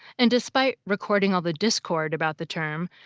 and despite recording all the discord about the term,